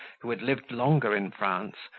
who had lived longer in france,